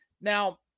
Now